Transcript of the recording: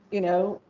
you know,